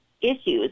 issues